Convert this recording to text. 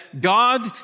God